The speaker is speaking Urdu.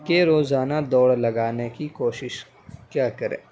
کہ روزانہ دوڑ لگانے کی کوشش کیا کریں